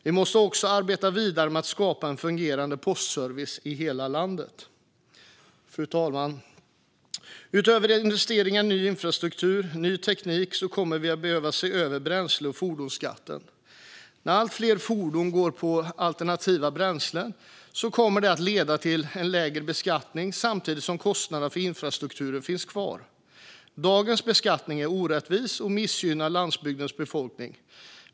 Vi måste också arbeta vidare med att skapa en fungerande postservice i hela landet. Fru talman! Utöver investeringar i ny infrastruktur och ny teknik kommer vi att behöva se över bränsle och fordonsskatten. När allt fler fordon går på alternativa bränslen kommer det att leda till en lägre beskattning samtidigt som kostnaderna för infrastrukturen finns kvar. Dagens beskattning är orättvis och missgynnar landsbygdens befolkning.